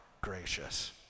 gracious